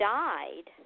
died